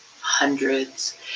hundreds